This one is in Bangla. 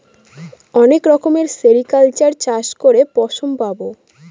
অনেক রকমের সেরিকালচার চাষ করে রেশম পাবো